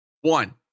one